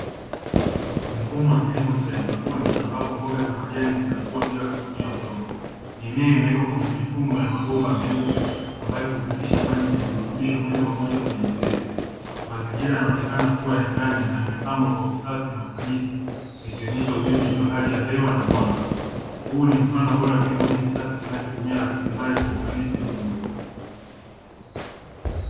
Mfumo wa kilimo cha haidroponi ambapo mboga za majani zinakua bila kutumia udongo. Mimea imewekwa kwenye mifumo ya mabomba meupe ambayo hupitisha maji yenye virutubisho moja kwa moja kweye mizizi. Mazingira yanaonekana kuwa ya ndani na yamepangwa kwa usafi na ufanisi yakionyesha udhibiti wa hali ya hewa na mwanga. Huu ni mfano bora wa kilimo cha kisasa kinachotumia rasilimali kwa ufanisi mkubwa.